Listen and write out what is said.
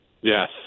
Yes